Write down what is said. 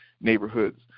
neighborhoods